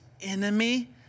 enemy